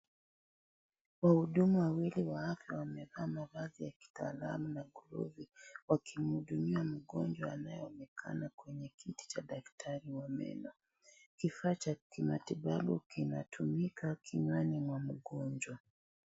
Wahudumu waili wa afia wameva mavazi ya kitalamu na glovu wakimhudumia mgonjwa anaeonekana kwenye kiti cha daktari wa meno. Kifa cha kimatibabu kinatumika kinywani mwa mgonjwa.